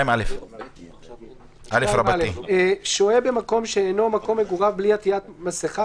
2א. אי-עטיית מסכה 2א. שוהה במקום שאינו מקום מגוריו בלי עטיית מסכה,